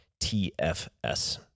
tfs